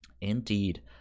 indeed